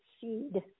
seed